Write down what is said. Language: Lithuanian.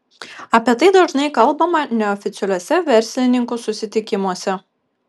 apie tai dažnai kalbama neoficialiuose verslininkų susitikimuose